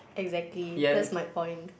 exactly that's my point